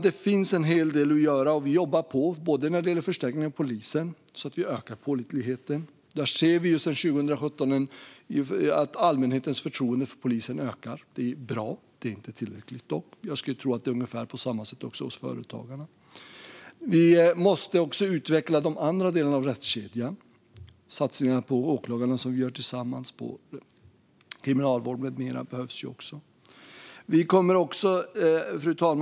Det finns som sagt en hel del att göra. Vi jobbar på, bland annat när det gäller förstärkning av polisen för att öka pålitligheten. Vi ser att allmänhetens förtroende för polisen har ökat sedan 2017. Det är bra. Det är dock inte tillräckligt. Jag skulle tro att det är på ungefär samma sätt hos företagarna. Vi måste också utveckla de andra delarna av rättskedjan. Satsningarna på åklagarna, som vi gör tillsammans, och på kriminalvården med mera behövs också. Fru talman!